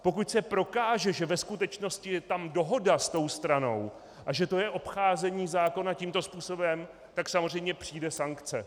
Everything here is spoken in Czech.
Pokud se prokáže, že ve skutečnosti je tam dohoda s tou stranou a že to je obcházení zákona tímto způsobem, tak samozřejmě přijde sankce.